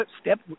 Step